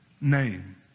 name